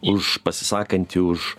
už pasisakanti už